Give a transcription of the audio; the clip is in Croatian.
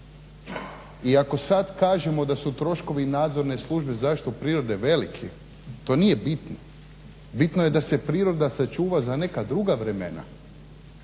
I ako sad kažemo da su troškovi nadzorne službe za zaštitu prirode veliki to nije bitno, bitno je da se priroda sačuva za neka druga vremena.